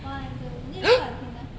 one two oh need to stop at same time